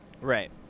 Right